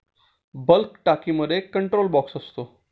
bulk टाकीमध्ये एक control box असतो